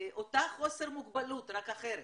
אותה מוגבלות, רק אחרת.